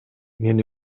мен